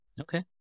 Okay